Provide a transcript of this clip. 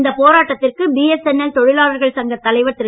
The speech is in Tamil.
இந்த போராட்டத்திற்கு பிஎஸ்என்எல் தொழிலாளர்கள் சங்கத் தலைவர் திரு